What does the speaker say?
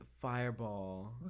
fireball